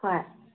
ꯍꯣꯏ